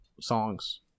songs